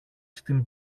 στην